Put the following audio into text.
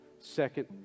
second